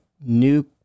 new